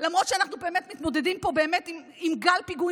למרות שאנחנו מתמודדים פה באמת עם גל פיגועים